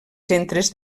centres